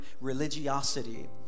religiosity